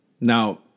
Now